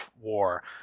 war